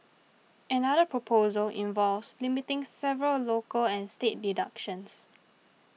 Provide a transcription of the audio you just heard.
another proposal involves limiting several local and state deductions